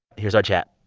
here's our chat